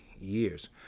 years